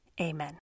Amen